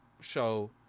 show